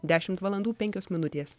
dešimt valandų penkios minutės